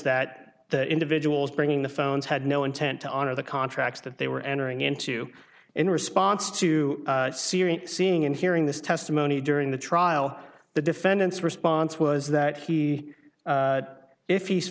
that the individuals bringing the phones had no intent to honor the contracts that they were entering into in response to serious seeing and hearing this testimony during the trial the defendant's response was that he if he's